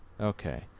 Okay